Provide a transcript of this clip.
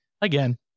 again